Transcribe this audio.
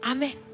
Amen